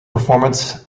performance